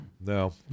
No